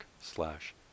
slash